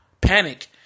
Panic